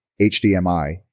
HDMI